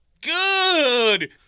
Good